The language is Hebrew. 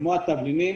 כמו התבלינים,